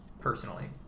personally